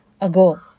ago